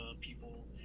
people